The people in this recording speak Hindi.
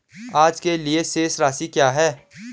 आज के लिए शेष राशि क्या है?